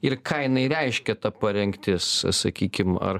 ir ką jinai reiškia ta parengtis sakykim ar